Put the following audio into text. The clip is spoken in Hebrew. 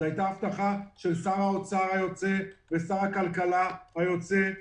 זו הייתה הבטחה של שר האוצר היוצא ושר הכלכלה היוצא.